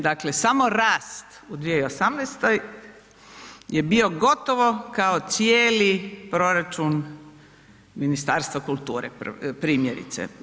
Dakle, samo rast u 2018. je bio gotovo kao cijeli proračun Ministarstva kulture primjerice.